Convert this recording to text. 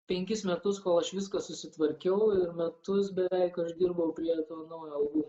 penkis metus kol aš viską susitvarkiau metus beveik aš dirbau prie naujo albumo